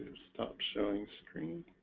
stop showing screen